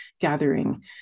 gathering